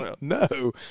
No